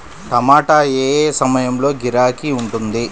టమాటా ఏ ఏ సమయంలో గిరాకీ ఉంటుంది?